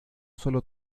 solo